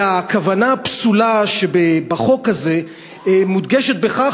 והכוונה הפסולה שבחוק הזה מודגשת בכך